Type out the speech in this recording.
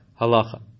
halacha